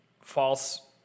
false